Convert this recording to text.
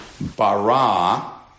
Bara